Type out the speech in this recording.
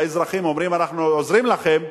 לאזרחים אומרים: אנחנו עוזרים לכם,